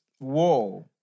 Whoa